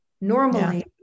normally